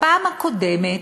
"בפעם הקודמת,